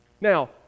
Now